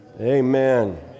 Amen